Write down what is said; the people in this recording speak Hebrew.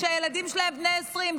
כשהילדים שלהם בני 20,